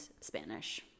Spanish